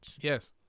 Yes